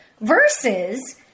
versus